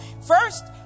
first